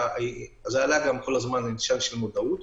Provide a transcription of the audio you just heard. זה עלה כל הזמן גם בנושא של מודעות.